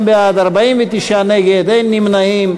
חברי הכנסת, 32 בעד, 49 נגד, אין נמנעים.